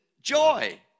joy